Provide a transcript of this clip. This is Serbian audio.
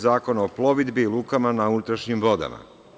Zakona o plovidbi i lukama na unutrašnjim vodama.